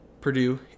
Purdue